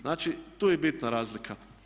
Znači, to je bitna razlika.